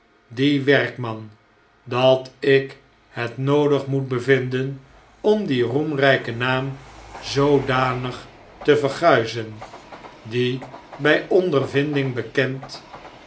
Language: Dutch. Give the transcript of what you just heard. dien werkman dat ik het noodig moet bevinden om dien roemrijken naam zoodanig te verguizen die by ondervinding bekend